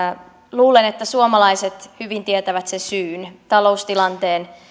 luulen että suomalaiset hyvin tietävät sen syyn taloustilanteen